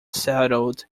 settled